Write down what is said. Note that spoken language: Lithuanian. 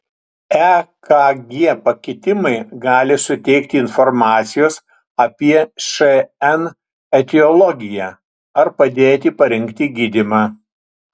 ekg pakitimai gali suteikti informacijos apie šn etiologiją ar padėti parinkti gydymą